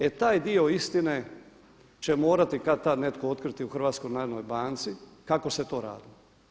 E taj dio istine će morati kad-tad netko otkriti u HNB-u kako se to radilo.